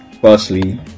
firstly